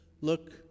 look